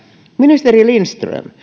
ministeri lindström